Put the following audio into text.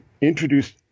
introduced